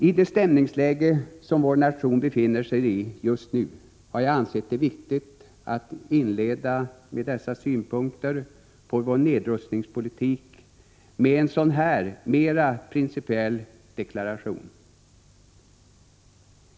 I det stämningsläge som vår nation befinner sig i just nu har jag ansett det viktigt att inleda synpunkter på vår nedrustningspolitik med en sådan här, mera principiell, deklaration.